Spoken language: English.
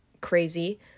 crazy